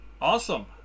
Awesome